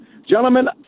Gentlemen